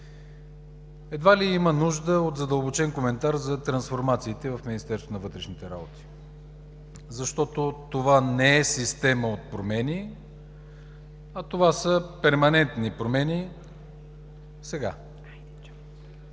Едва ли има нужда от задълбочен коментар за трансформациите в Министерството на вътрешните работи, защото това не е система от промени, а това са перманентни промени, сега.